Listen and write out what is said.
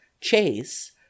Chase